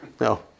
No